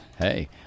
Hey